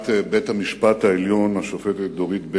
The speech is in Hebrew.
נשיאת בית-המשפט העליון השופטת דורית בייניש,